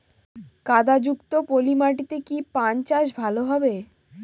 কাদা যুক্ত পলি মাটিতে কি পান চাষ ভালো হবে?